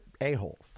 a-holes